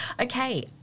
Okay